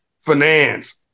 finance